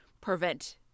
prevent